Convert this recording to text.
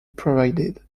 provided